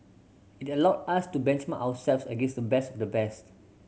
it allowed us to benchmark ourselves against the best of the best